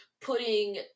putting